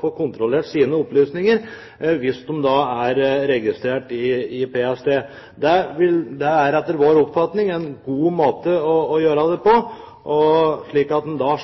få kontrollert sine opplysninger hvis de er registrert hos PST. Det er etter vår oppfatning en god måte å gjøre det på. En slipper da